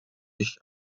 ich